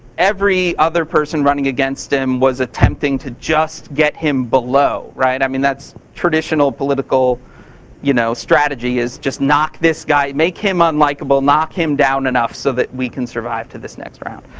every other person running against him was attempting to just get him below. i mean, that's traditional, political you know strategy is just knock this guy. make him unlikeable. knock him down enough so that we can survive to this next round.